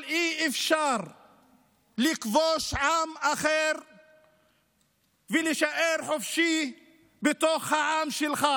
אבל אי-אפשר לכבוש עם אחר ולהישאר חופשי בתוך העם שלך.